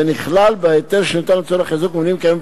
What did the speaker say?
ונכלל בהיתר שניתן לצורך חיזוק מבנים קיימים